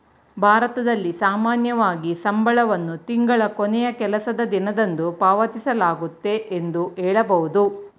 ಭಾರತದಲ್ಲಿ ಸಾಮಾನ್ಯವಾಗಿ ಸಂಬಳವನ್ನು ತಿಂಗಳ ಕೊನೆಯ ಕೆಲಸದ ದಿನದಂದು ಪಾವತಿಸಲಾಗುತ್ತೆ ಎಂದು ಹೇಳಬಹುದು